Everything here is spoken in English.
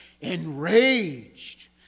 Enraged